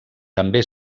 també